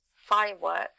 firework